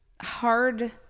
hard